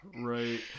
Right